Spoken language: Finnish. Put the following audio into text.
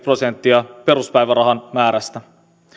prosenttia peruspäivärahan määrästä